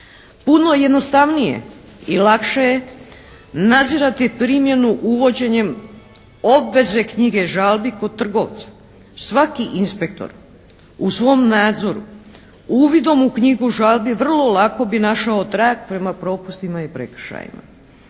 Puno jednostavnije i lakše je nadzirati primjenu uvođenje obveze Knjige žalbi kod trgovca. Svaki inspektor u svom nadzoru uvidom u knjigu žalbi vrlo lako bi našao trag prema propustima i prekršajima.